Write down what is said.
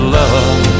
love